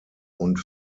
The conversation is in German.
und